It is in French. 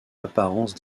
apparence